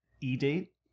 e-date